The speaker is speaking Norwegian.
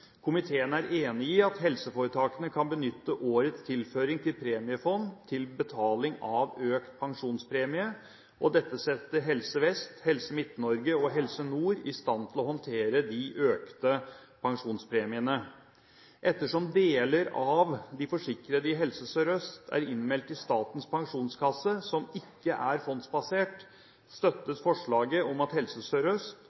Komiteen er enig i at helseforetakene kan benytte årets tilføring til premiefond til betaling av økt pensjonspremie, og dette setter Helse Vest, Helse Midt-Norge og Helse Nord i stand til å håndtere de økte pensjonspremiene. Ettersom deler av de forsikrede i Helse Sør-Øst er innmeldt i Statens pensjonskasse, som ikke er fondsbasert,